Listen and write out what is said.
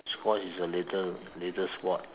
squat is the later latest squat